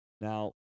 Now